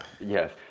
Yes